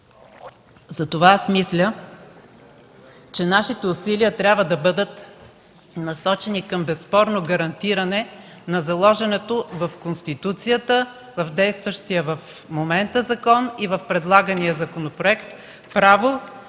Затова аз мисля, че нашите усилия трябва да бъдат насочени към безспорно гарантиране на заложеното в Конституцията, в действащия в момента закон и в предлагания законопроект право